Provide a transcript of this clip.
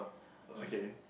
okay